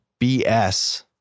BS